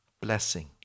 blessing